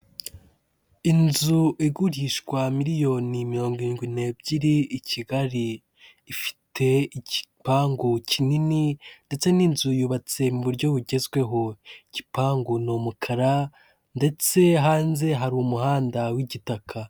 Inzu igurishwa miriyoni mirongo irindwi n'ebyiri i Kigali, ifite igipangu kinini ndetse n'inzu yubatse mu buryo bugezweho, igipangu n'umukara ndetse hanze hari umuhanda w'igitaka.